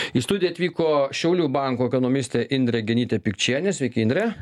į studiją atvyko šiaulių banko ekonomistė indrė genytė pikčienė sveiki indre